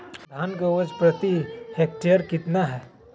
धान की उपज प्रति हेक्टेयर कितना है?